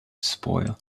spoil